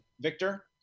Victor